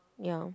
ya